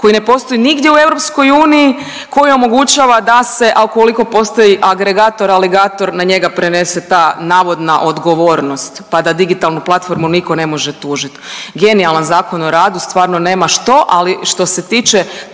koji ne postoji nigdje u EU, koji omogućava da se, a ukoliko postoji agregator aligator na njega prenese ta navodna odgovornost da pa digitalnu platformu nitko ne može tužiti. Genijalan ZOR, stvarno nema što, ali što se tiče